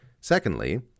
Secondly